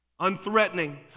unthreatening